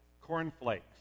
cornflakes